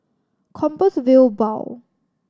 Compassvale Bow